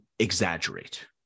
Exaggerate